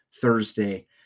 thursday